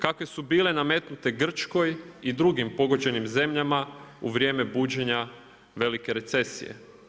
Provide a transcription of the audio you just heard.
Kakve su bile nametnuti Grčkoj i drugim pogođenim zemljama u vrijeme buđenja velike recesije.